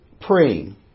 praying